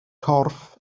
corff